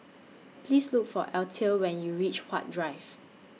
Please Look For Eathel when YOU REACH Huat Drive